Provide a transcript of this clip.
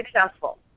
successful